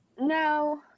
No